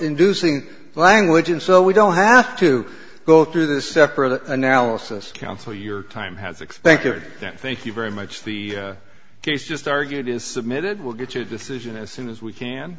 inducing language and so we don't have to go through the separate analysis counsel your time has expected then thank you very much the case just argued is submitted will get your decision as soon as we can